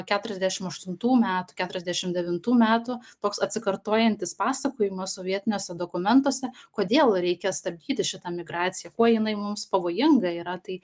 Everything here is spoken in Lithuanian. keturiasdešim aštuntų metų keturiasdešim devintų metų toks atsikartojantis pasakojimas sovietiniuose dokumentuose kodėl reikia stabdyti šitą migraciją kuo jinai mums pavojinga yra tai